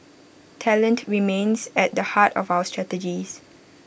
talent remains at the heart of our strategies